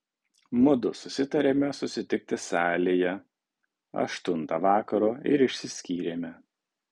mudu susitarėme susitikti salėje aštuntą vakaro ir išsiskyrėme